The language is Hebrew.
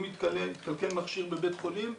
אם התקלקל מכשיר בבית חולים,